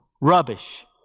rubbish